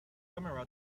camera